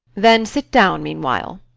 then sit down meanwhile.